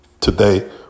Today